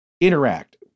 interact